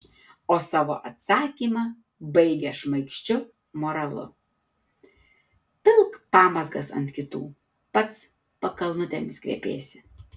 o savo atsakymą baigia šmaikščiu moralu pilk pamazgas ant kitų pats pakalnutėmis kvepėsi